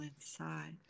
inside